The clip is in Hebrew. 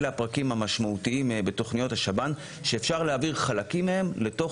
אלה הפרקים המשמעותיים בתוכניות השב"ן שאפשר להעביר חלקים מהם לתוך